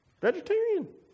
Vegetarian